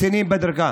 קצינים בדרגה.